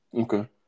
Okay